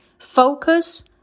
Focus